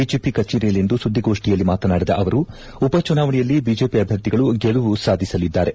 BJP ಕಜೇರಿಯಲ್ಲಿಂದು ಸುದ್ವಿಗೋಷ್ಠಿಯಲ್ಲಿ ಮಾತನಾಡಿದ ಅವರು ಉಪ ಚುನಾವಣೆಯಲ್ಲಿ ಬಿಜೆಪಿ ಅಭ್ವರ್ಥಿಗಳು ಗೆಲುವು ಸಾಧಿಸಲಿದ್ದಾರೆ